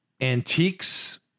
Antiques